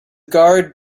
guard